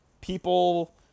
people